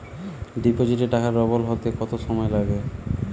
ডিপোজিটে টাকা ডবল হতে কত সময় লাগে?